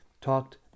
talked